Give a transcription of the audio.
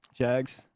Jags